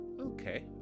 Okay